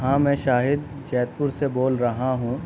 ہاں میں شاہد جے پور سے بول رہا ہوں